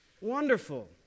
wonderful